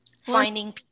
finding